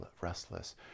restless